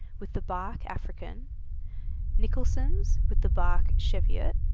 with the barque african nicholson's, with the barque cheviot,